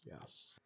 yes